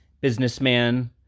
businessman